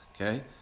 okay